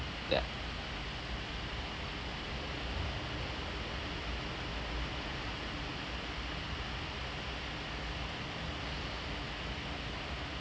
ya